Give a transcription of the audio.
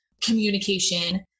communication